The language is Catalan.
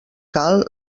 cal